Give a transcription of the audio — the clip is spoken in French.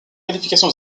qualification